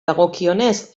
dagokionez